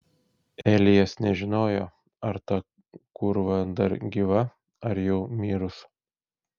elijas nežinojo ar ta kūrva dar gyva ar jau mirus